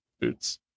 boots